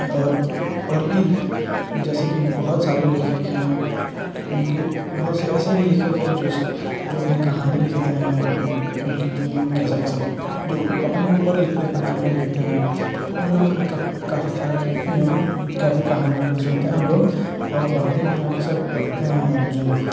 और और भी जैसे कि बहुत सारे लेखक हैं तो उनके बहुत से से ऐसे भी लेखक हैं जो जो अपनी कहानी लिखते हैं उन उनकी ज़िंदगी में कैसा कैसा जो अपने ऊपर लिखते कहानियाँ लिखते हैं तो उन लोग का भी कभी काफ़ी सारे यानी काफ़ी कहानी वहानी सुनते हैं हम लोग और पढ़ते भी अक्सर पढ़ते हैं जो